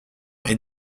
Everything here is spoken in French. est